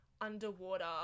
underwater